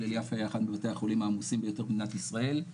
הלל יפה היה אחד מבתי החולים העמוסים ביותר במדינת ישראל,